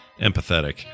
empathetic